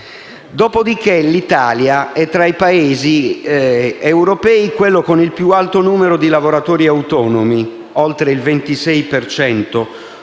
assenti. L'Italia è tra i Paesi quello con il più alto numero di lavoratori autonomi: oltre il 26